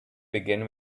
begin